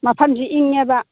ꯃꯐꯝꯁꯤ ꯏꯪꯉꯦꯕ